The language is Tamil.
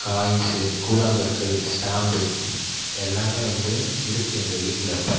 காய்ன்ஸு கூழாங்கற்கள் ஸ்டாம்பு எல்லாமே வந்து இருக்குது எங்கள் வீட்டில் இப்போ